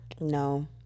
No